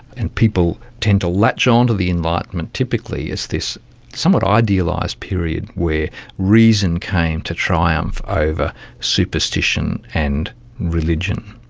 and people tend to latch on to the enlightenment typically as this somewhat idealised period where reason came to triumph over superstition and religion.